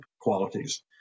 qualities